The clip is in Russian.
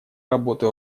работы